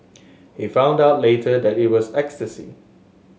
he found out later that it was ecstasy